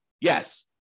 Yes